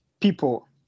people